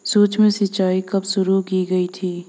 सूक्ष्म सिंचाई कब शुरू की गई थी?